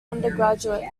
undergraduates